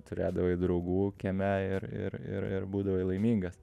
turėdavai draugų kieme ir ir ir ir būdavai laimingas